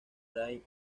rain